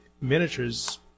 miniatures